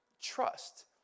trust